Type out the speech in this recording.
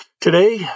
Today